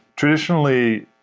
traditionally,